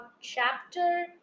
chapter